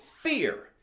fear